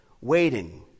waiting